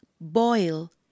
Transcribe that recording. Boil